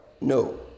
No